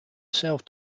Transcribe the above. self